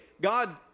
God